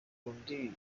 ndi